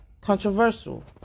controversial